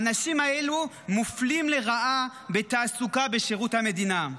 האנשים האלה מופלים לרעה בתעסוקה בשירות המדינה.